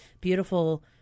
beautiful